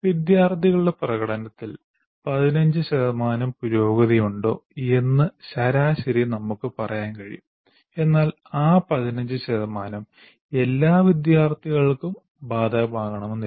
വിദ്യാർത്ഥികളുടെ പ്രകടനത്തിൽ 15 ശതമാനം പുരോഗതിയുണ്ടോ എന്ന് ശരാശരി നമുക്ക് പറയാൻ കഴിയും എന്നാൽ ആ 15 ശതമാനം എല്ലാ വിദ്യാർത്ഥികൾക്കും ബാധകമാകണമെന്നില്ല